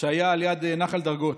שהיה ליד נחל דרגות.